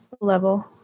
level